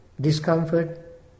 discomfort